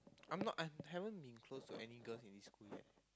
I'm not I haven't been close to any girls in this school yet